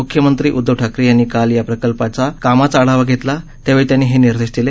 मृख्यमंत्री उदधव ठाकरे यांनी काल या प्रकल्पाचा कामाचा आढावा घेतला त्यावेळी त्यांनी हे निर्देश दिले